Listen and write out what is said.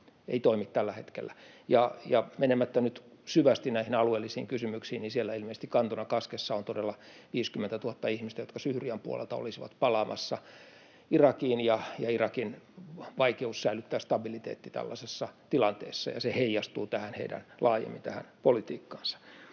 ei toimi tällä hetkellä. Menemättä nyt syvästi näihin alueellisiin kysymyksiin siellä ilmeisesti kantona kaskessa ovat todella 50 000 ihmistä, jotka Syyrian puolelta olisivat palaamassa Irakiin, ja Irakin vaikeus säilyttää stabiliteetti tällaisessa tilanteessa, ja se heijastuu laajemmin tähän heidän politiikkaansa.